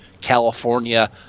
California